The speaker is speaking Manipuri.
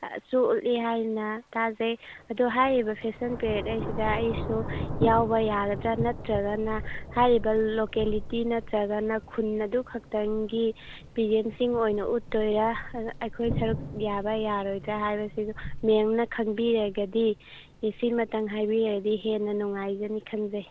ꯁꯣ ꯎꯠꯂꯤ ꯍꯥꯏꯅ ꯇꯥꯖꯩ ꯑꯗꯣ ꯍꯥꯏꯔꯤꯕ ꯐꯦꯁꯟ ꯄꯦꯔꯦꯗ ꯍꯥꯏꯕꯁꯤꯗ ꯑꯩꯁꯨ ꯌꯥꯎꯕ ꯌꯥꯒꯗ꯭ꯔ ꯅꯠꯇ꯭ꯔꯒꯅ ꯍꯥꯏꯔꯤꯕ ꯂꯣꯀꯦꯂꯤꯇꯤ ꯅꯠꯇ꯭ꯔꯒꯅ ꯈꯨꯟ ꯑꯗꯨ ꯈꯛꯇꯪꯒꯤ ꯄꯤꯖꯦꯟꯁꯤꯡ ꯑꯣꯏꯅ ꯎꯠꯇꯣꯏꯔ ꯑꯗ ꯑꯩꯈꯣꯏ ꯁꯔꯨꯛ ꯌꯥꯕ ꯌꯥꯔꯣꯏꯗ꯭ꯔ ꯍꯥꯏꯕꯁꯤꯁꯨ ꯃꯦꯝꯅ ꯈꯪꯕꯤꯔꯒꯗꯤ ꯁꯤꯃꯇꯪ ꯍꯥꯏꯕꯤꯔꯗꯤ ꯍꯦꯟꯅ ꯅꯨꯡꯉꯥꯏꯖꯅꯤ ꯈꯟꯖꯩ